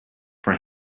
for